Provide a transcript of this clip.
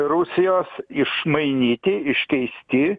rusijos išmainyti iškeisti